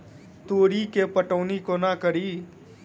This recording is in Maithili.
तोरी केँ पटौनी कोना कड़ी?